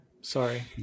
sorry